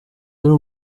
ibyo